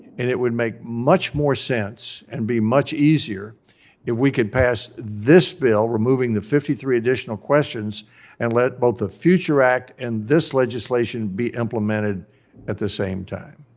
and it would make much more sense and be much easier if we could pass this bill removing the fifty three additional questions and let both the future act, and this legislation be implemented at the same time.